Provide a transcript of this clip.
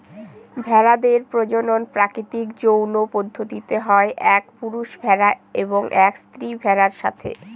ভেড়াদের প্রজনন প্রাকৃতিক যৌন পদ্ধতিতে হয় এক পুরুষ ভেড়া এবং এক স্ত্রী ভেড়ার সাথে